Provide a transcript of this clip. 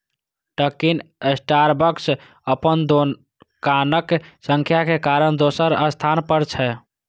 Dunkin Starbucks अपन दोकानक संख्या के कारण दोसर स्थान पर छै